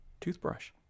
toothbrush